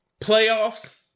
playoffs